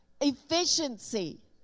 Efficiency